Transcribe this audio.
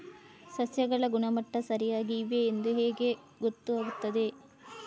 ಸಸ್ಯಗಳ ಗುಣಮಟ್ಟ ಸರಿಯಾಗಿ ಇದೆ ಎಂದು ಹೇಗೆ ಗೊತ್ತು ಆಗುತ್ತದೆ?